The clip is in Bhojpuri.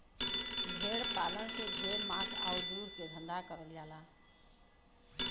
भेड़ पालन से ढेर मांस आउर दूध के धंधा करल जाला